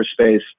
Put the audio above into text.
space